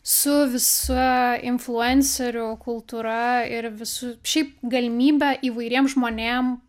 su visua influencerių kultūra ir visu šiaip galimybe įvairiem žmonėm